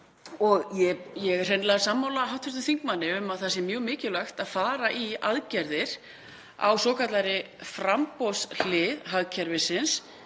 Ég er hreinlega sammála hv. þingmanni um að það sé mjög mikilvægt að fara í aðgerðir á svokallaðri framboðshlið hagkerfisins